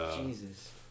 jesus